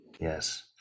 Yes